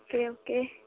okay okay